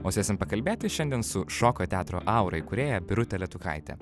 o sėsim pakalbėti šiandien su šokio teatro aura įkūrėja birute letukaite